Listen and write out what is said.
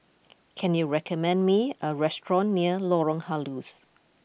can you recommend me a restaurant near Lorong Halus